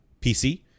PC